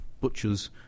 butchers